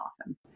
often